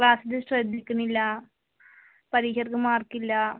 ക്ലാസ്സിൽ ശ്രദ്ധിക്കുന്നില്ല പരീക്ഷയ്ക്ക് മാർക്ക് ഇല്ല